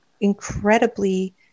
incredibly